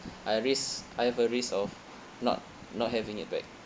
I risk I have a risk of not not having it back